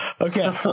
Okay